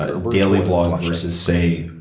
ah daily blog versus, say,